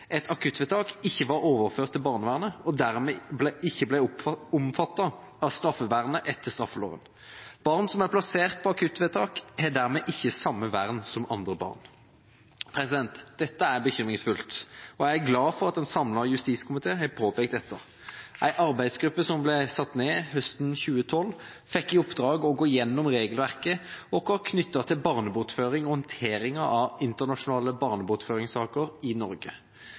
et akuttvedtak, ikke var overført til barnevernet og dermed ikke ble omfattet av straffevernet etter straffeloven. Barn som er plassert på akuttvedtak, har dermed ikke samme vern som andre barn. Dette er bekymringsfullt. Jeg er glad for at en samlet justiskomité har påpekt dette. En arbeidsgruppe som ble satt ned høsten 2012, fikk i oppdrag å gå gjennom regelverket vårt knyttet til barnebortføring og håndteringa av internasjonale barnebortføringssaker i Norge.